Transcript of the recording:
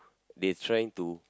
they trying to